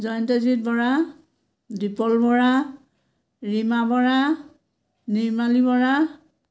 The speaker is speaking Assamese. জয়ন্তজিৎ বৰা দীপল বৰা ৰীমা বৰা নিৰ্মালী বৰা